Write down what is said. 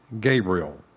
Gabriel